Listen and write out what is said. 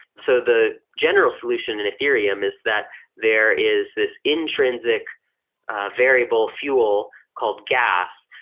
so the general solution in ethereum is that there is this intrinsic variable fuel called gas,